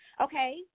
Okay